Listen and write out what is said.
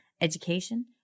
education